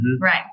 Right